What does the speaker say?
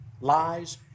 lies